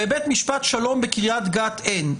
ובית משפט שלום בקריית גת אין,